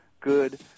good